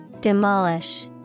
Demolish